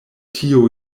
tio